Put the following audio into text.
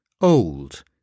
Old